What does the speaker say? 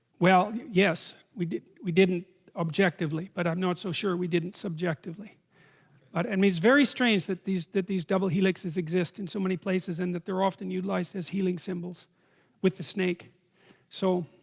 well yes we did we didn't objectively but i'm not so sure we didn't subjectively? but it and means very strange that these did these double helixes exist in so many places and that they're often utilized as healing symbols with the snake so